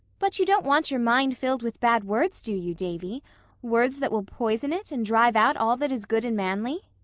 but you don't want your mind filled with bad words, do you, davy words that will poison it and drive out all that is good and manly?